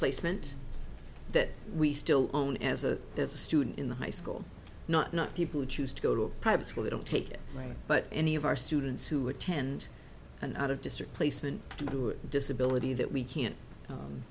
placement that we still own as a as a student in the high school not not people who choose to go to a private school they don't take it right but any of our students who attend an out of district placement disability that we can't